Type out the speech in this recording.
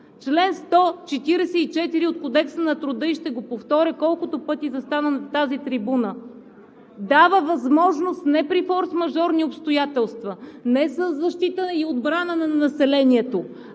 Член 144 от Кодекса на труда – ще го повторя колкото пъти застана на тази трибуна, дава възможност не при форсмажорни обстоятелства, не за защита и отбрана на населението,